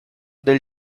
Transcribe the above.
del